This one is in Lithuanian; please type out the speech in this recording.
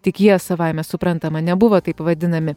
tik jie savaime suprantama nebuvo taip vadinami